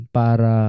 para